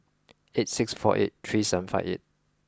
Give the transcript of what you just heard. eight six four eight three seven five eight